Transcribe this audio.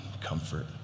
comfort